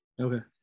okay